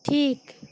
ঠিক